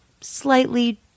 slightly